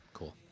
Cool